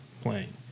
playing